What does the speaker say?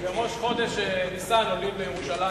בראש חודש ניסן עולים לירושלים.